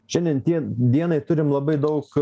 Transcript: šiandien tie dienai turim labai daug